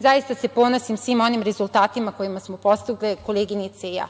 zaista se ponosim svim onim rezultatima koje smo postigle koleginice i ja